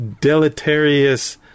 deleterious